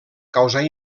causar